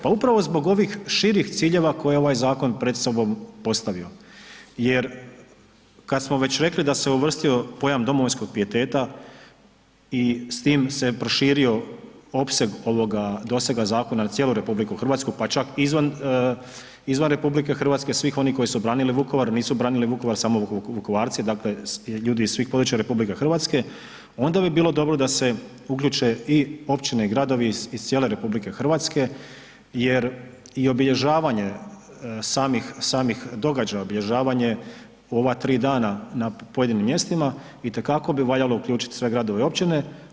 Pa upravo zbog ovih širih ciljeva koje ovaj zakon pred sobom postavio jer kada smo već rekli da se uvrstio pojam domovinskog pijeteta i s tim se proširio opseg ovoga dosega zakona za cijelu RH, pa čak izvan, izvan RH, svih oni koji su branili Vukovar, nisu branili Vukovar samo Vukovarci, dakle ljudi iz svih područja RH, onda bi bilo dobro da se uključe i općine i gradovi iz cijele RH jer i obilježavanje samih, samih događaja, obilježavanje u ova 3 dana na pojedinim mjestima itekako bi valjalo uključit sve gradove i općine.